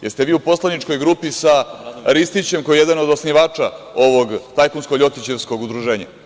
Jeste li vi u poslaničkoj grupi sa Ristićem, koji je jedan od osnivača ovog tajkunsko-ljotićevskog udruženja?